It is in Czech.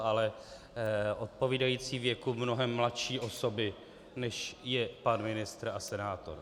Ale odpovídající věku mnohem mladší osoby, než je pan ministr a senátor.